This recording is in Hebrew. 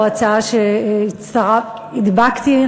הצעה שהדבקתי,